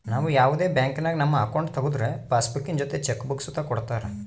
ನಾವು ಯಾವುದೇ ಬ್ಯಾಂಕಿನಾಗ ನಮ್ಮ ಅಕೌಂಟ್ ತಗುದ್ರು ಪಾಸ್ಬುಕ್ಕಿನ ಜೊತೆ ಚೆಕ್ ಬುಕ್ಕ ಸುತ ಕೊಡ್ತರ